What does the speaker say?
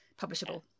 publishable